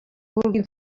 vulguin